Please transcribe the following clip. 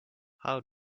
how